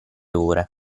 ore